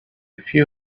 few